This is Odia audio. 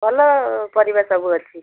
ଭଲ ପରିବା ସବୁ ଅଛି